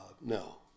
No